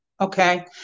Okay